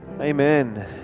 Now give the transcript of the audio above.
Amen